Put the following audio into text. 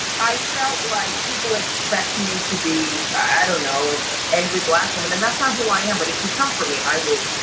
i felt like people expect me to be, i don't know, a angry black woman and that's not ah who i am, but if you come for me i will,